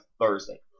Thursday